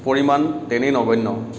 পৰিমাণ তেনেই নগণ্য়